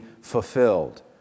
fulfilled